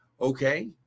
Okay